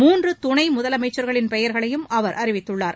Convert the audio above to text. மூன்று துணை முதலமைச்சர்களின் பெயர்களையும் அவர் அறிவித்துள்ளார்